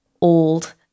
old